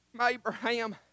Abraham